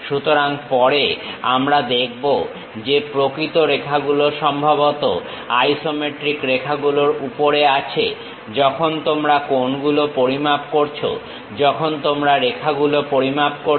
সুতরাং পরে আমরা দেখব যে প্রকৃত রেখাগুলো সম্ভবত আইসোমেট্রিক রেখাগুলোর উপরে আছে যখন তোমরা কোণগুলো পরিমাপ করছো যখন তোমরা রেখাগুলো পরিমাপ করছো